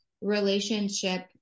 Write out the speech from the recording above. relationship